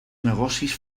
negocis